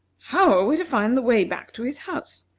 how are we to find the way back to his house?